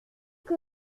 que